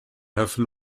have